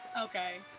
Okay